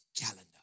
calendar